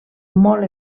molt